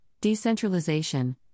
Decentralization